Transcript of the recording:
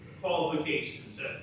qualifications